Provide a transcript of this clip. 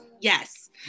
yes